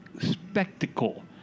spectacle